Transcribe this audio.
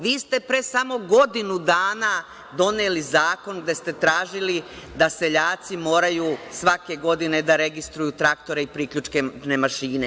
Vi ste pre samo godinu dana doneli zakon gde ste tražili da seljaci moraju svake godine da registruju traktore i priključne mašine.